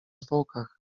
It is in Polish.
zwłokach